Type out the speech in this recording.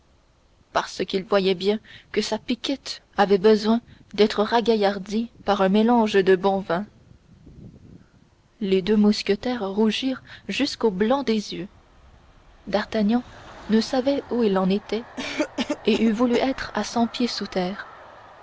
parce qu'il voyait bien que sa piquette avait besoin d'être ragaillardie par un mélange de bon vin les deux mousquetaires rougirent jusqu'au blanc des yeux d'artagnan ne savait où il en était et eût voulu être à cent pieds sous terre